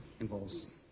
involves